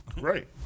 Right